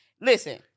Listen